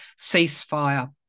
ceasefire